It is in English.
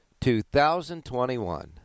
2021